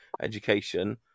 education